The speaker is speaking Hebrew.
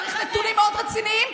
צריך נתונים מאוד רציניים,